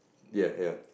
ya ya